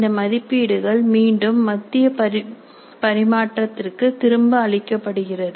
இந்த மதிப்பீடுகள் மீண்டும் மத்திய பரிமாற்றத்திற்கு திரும்ப அளிக்கப்படுகிறது